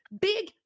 big